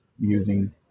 using